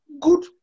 Good